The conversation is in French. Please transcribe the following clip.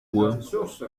bois